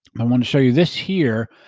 i want to show you this here,